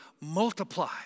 multiply